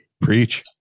Preach